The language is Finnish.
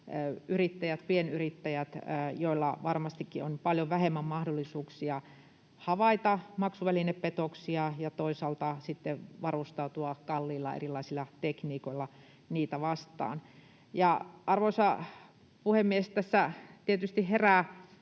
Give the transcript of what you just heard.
pienyrittäjät, joilla varmastikin on paljon vähemmän mahdollisuuksia havaita maksuvälinepetoksia ja toisaalta sitten varustautua erilaisilla kalliilla tekniikoilla niitä vastaan. Arvoisa puhemies! Tässä tietysti herää